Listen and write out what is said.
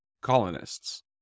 colonists